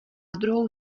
druhou